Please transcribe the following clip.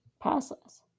process